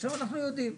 עכשיו אנחנו יודעים.